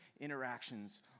interactions